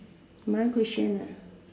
my question ah